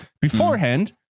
beforehand